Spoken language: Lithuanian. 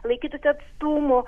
laikytųsi atstumų